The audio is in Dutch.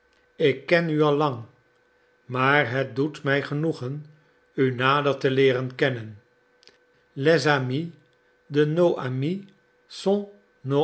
ik ken u al lang maar het doet mij genoegen u nader te leeren kennen les amis de